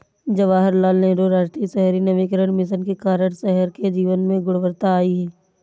जवाहरलाल नेहरू राष्ट्रीय शहरी नवीकरण मिशन के कारण शहर के जीवन में गुणवत्ता आई